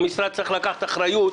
המשרד צריך לקחת אחריות,